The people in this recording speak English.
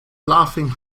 laughing